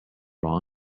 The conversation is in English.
wrong